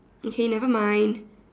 okay never mind